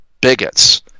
bigots